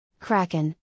Kraken